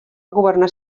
governar